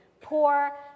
poor